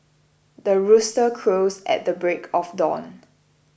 the rooster crows at the break of dawn